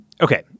Okay